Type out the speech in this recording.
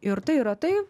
ir tai yra tai